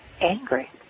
angry